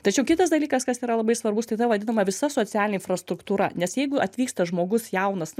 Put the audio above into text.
tačiau kitas dalykas kas yra labai svarbus tai ta vadinama visa socialinė infrastruktūra nes jeigu atvyksta žmogus jaunas